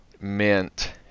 Mint